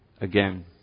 again